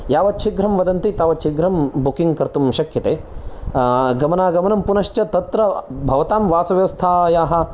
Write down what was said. यावत् शीघ्रं वदन्ति तावत् शीघ्रं बुकिङ्ग् कर्तुं शक्यते गमनागमनं पूनश्च तत्र भवतां वासव्यवस्थायाः